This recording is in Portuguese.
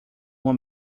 uma